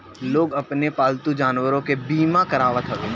लोग अपनी पालतू जानवरों के बीमा करावत हवे